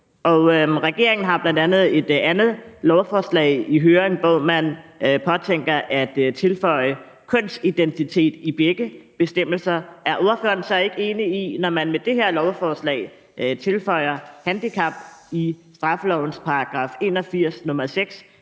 regeringen har jo bl.a. et andet lovforslag i høring, hvor man påtænker at tilføje kønsidentitet i begge bestemmelser. Er ordføreren så ikke enig i, når man med det her lovforslag tilføjer handicap i straffelovens § 81, nr. 6,